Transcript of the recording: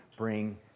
Bring